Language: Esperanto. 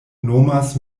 nomas